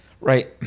Right